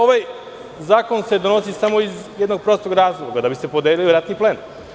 Ovaj zakon se donosi samo iz jednog prostog razloga, da bi se podelio ratni plen.